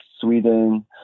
Sweden